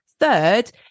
Third